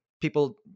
people